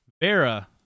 Vera